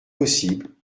possible